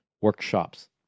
workshops